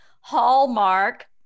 Hallmark